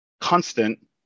constant